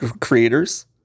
creators